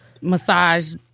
massage